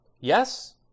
yes